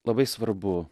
labai svarbu